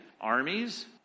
armies